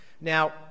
Now